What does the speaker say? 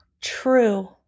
true